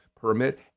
permit